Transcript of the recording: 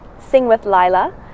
singwithlila